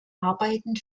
arbeiten